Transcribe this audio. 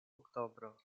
oktobro